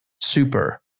super